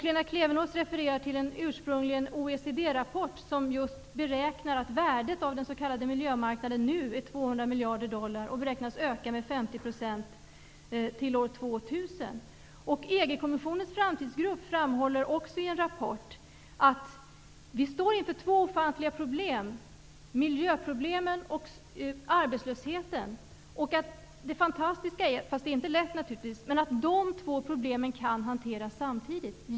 Lena Klevenås refererar till en rapport, ursprungligen från OECD, som just beräknar att värdet av den s.k. miljömarknaden nu är 200 miljarder dollar och beräknas öka med 50 % EG-kommissionens framtidsgrupp framhåller också i en rapport att vi står inför två ovanligt svåra problem, miljöproblemet och arbetslösheten, och det fantastiska är -- det är inte lätt naturligtvis -- att de två problemen kan hanteras samtidigt.